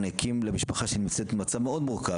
ומעניקים למשפחה שנמצאת במצב מאוד מורכב,